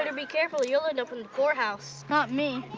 and be careful, you'll end up in the poor house. not me.